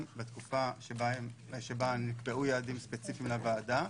בתקופה שבה נקבעו יעדים ספציפיים לוועדה,